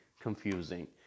confusing